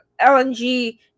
LNG